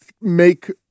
make